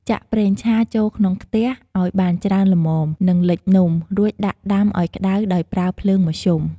ចាក់ ប្រេងឆា ចូលក្នុងខ្ទះឱ្យបានច្រើនល្មម និងលិចនំ រួចដាក់ដាំឱ្យក្ដៅដោយប្រើភ្លើងមធ្យម។